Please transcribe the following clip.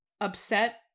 upset